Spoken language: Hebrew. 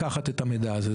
לקחת את המידע הזה.